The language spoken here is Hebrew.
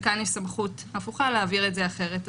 וכאן יש סמכות הפוכה, להעביר אחרת.